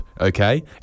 okay